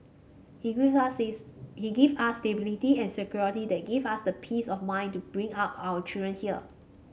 he gave he gave us stability and security that gives us the peace of mind to bring up our children here